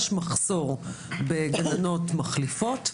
יש מחסור בגננות מחליפות.